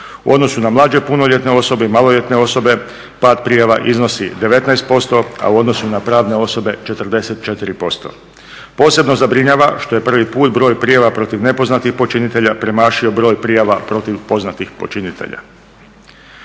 U odnosu na mlađe punoljetne osobe i maloljetne osobe pad prijava iznosi 19%, a u odnosu na pravne osobe 44%. Posebno zabrinjava što je prvi put broj prijava protiv nepoznatih počinitelja premašio broj prijava protiv poznatih počinitelja.